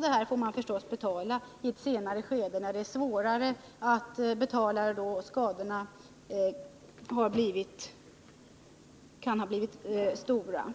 Detta får man naturligtvis betala i ett senare skede, när det är svårare att betala och skadorna kan ha blivit stora.